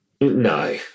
no